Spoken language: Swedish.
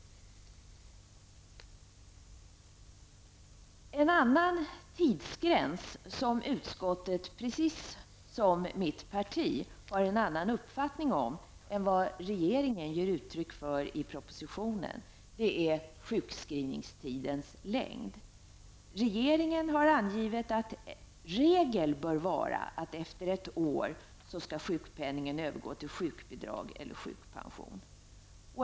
Utskottet har, precis som mitt parti, en annan uppfattning än den som regeringen ger uttryck för i propositionen i fråga om sjukskrivningstidens längd. Regeringen har angivit att regel bör vara att sjukpenningen efter ett år skall övergå till sjukbidrag eller sjukpension.